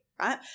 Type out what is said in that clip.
right